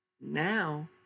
now